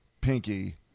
pinky